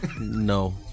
No